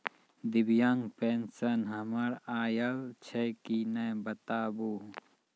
दिव्यांग पेंशन हमर आयल छै कि नैय बताबू?